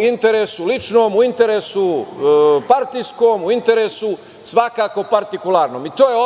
interesu, u interesu partijskom, u interesu svakako partikularnom. To je